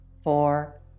Four